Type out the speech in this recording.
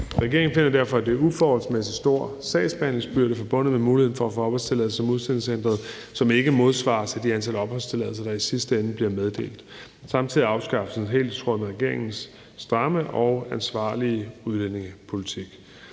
Regeringen finder derfor, at der er en uforholdsmæssigt stor sagsbehandlingsbyrde forbundet med muligheden for at få opholdstilladelse som udsendelseshindret, som ikke modsvares af det antal opholdstilladelser, der i sidste ende bliver meddelt. Samtidig er afskaffelsen helt i tråd med regeringens stramme og ansvarlige udlændingepolitik.